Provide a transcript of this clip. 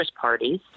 parties